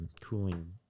cooling